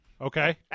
okay